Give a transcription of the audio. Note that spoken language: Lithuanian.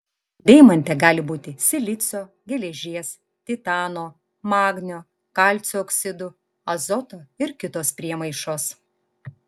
deimante gali būti silicio geležies titano magnio kalcio oksidų azoto ir kitos priemaišos